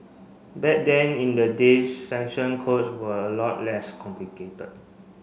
back then in the days section codes were a lot less complicated